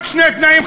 רק שני תנאים,